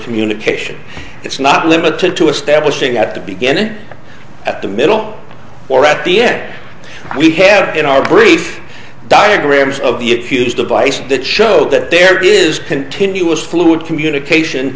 communication it's not limited to establishing at the beginning at the middle or at the n we have in our brief diagrams of the if used device that showed that there is continuous fluid communication